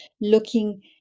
looking